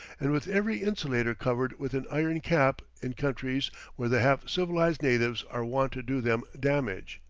and with every insulator covered with an iron cap in countries where the half-civilized natives are wont to do them damage,